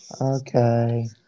Okay